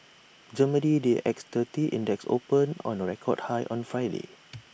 Germany's D A X thirty index opened on A record high on Friday